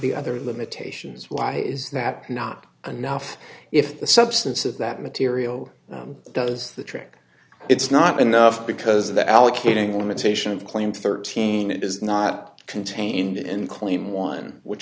the other limitations why is that not enough if the substance of that material does the trick it's not enough because of the allocating limitation of claim thirteen it is not contained in clean one which